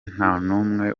ntanumwe